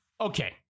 Okay